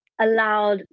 allowed